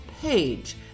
page